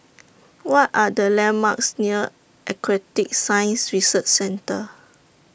What Are The landmarks near Aquatic Science Research Centre